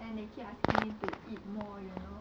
and they keep asking me to eat more you know